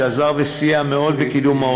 שעזר וסייע מאוד בקידום,